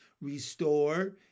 restore